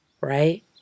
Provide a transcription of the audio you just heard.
right